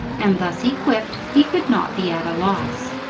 and thus equipped he could not be at a loss.